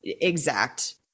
Exact